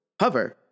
Hover